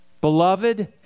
Beloved